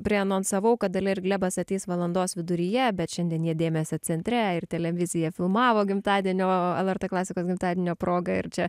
prianonsavau kad dalia ir glebas ateis valandos viduryje bet šiandien jie dėmesio centre ir televizija filmavo gimtadienio lrt klasikos gimtadienio proga ir čia